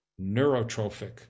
neurotrophic